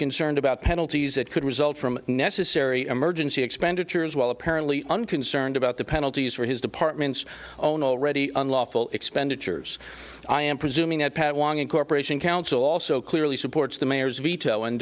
concerned about penalties that could result from necessary emergency expenditures well apparently unconcerned about the penalties for his departments own already unlawful expenditures i am presuming that pat long and corporation council also clearly supports the mayor's vet